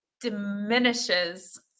diminishes